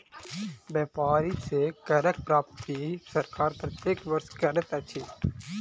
व्यापारी सॅ करक प्राप्ति सरकार प्रत्येक वर्ष करैत अछि